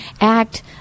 act